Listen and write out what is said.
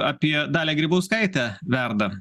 apie dalią grybauskaitę verda